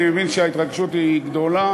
אני מבין שההתרגשות היא גדולה,